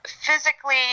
physically